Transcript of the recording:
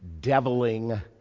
deviling